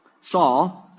Saul